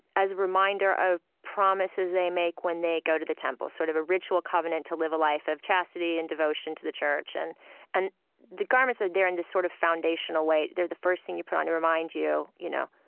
as a reminder of promises they make when they go to the temple, sort of a ritual covenant to live a life of chastity and devotion to the church. and and the garments are there in this sort of foundational way. they're the first thing you put on to remind you, you know,